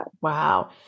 wow